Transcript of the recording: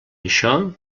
això